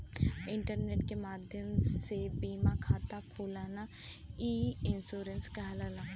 internet के माध्यम से बीमा खाता खोलना ई इन्शुरन्स कहलाला